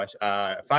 five